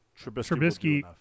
Trubisky